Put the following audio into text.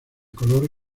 color